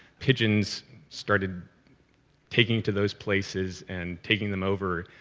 pigeons started taking to those places and taking them over.